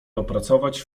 opracować